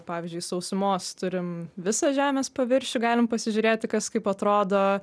pavyzdžiui sausumos turim visą žemės paviršių galim pasižiūrėti kas kaip atrodo